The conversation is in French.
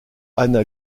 anna